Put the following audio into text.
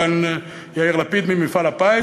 כאן יאיר לפיד ממפעל הפיס.